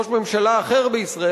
ראש ממשלה אחר בישראל,